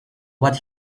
what